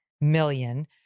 million